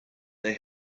they